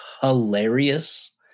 hilarious